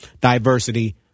diversity